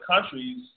countries